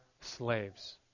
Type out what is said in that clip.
slaves